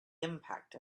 impact